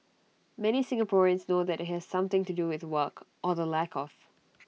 many Singaporeans know that IT has something to do with work or the lack of